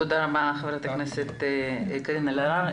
תודה רבה ח"כ קארין אלהרר.